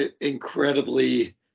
incredibly –